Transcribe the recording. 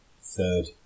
third